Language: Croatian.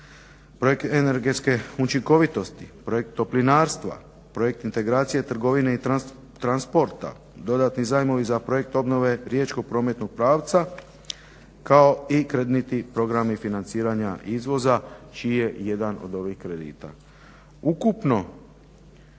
projekt energetske učinkovitosti, projekt toplinarstva, projekt integracije trgovine i transporta, dodatni zajmovi za projekt obnove riječkog prometnog pravca kao i kreditni programi financiranja izvoza čiji je jedan od ovih kredita. Ukupno